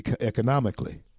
economically